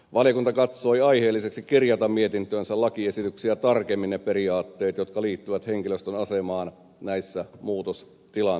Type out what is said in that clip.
valiokunta katsoi aiheelliseksi kirjata mietintöönsä lakiesityksiä tarkemmin ne periaatteet jotka liittyvät henkilöstön asemaan näissä muutostilanteissa